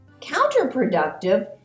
counterproductive